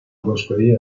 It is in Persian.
باشگاهی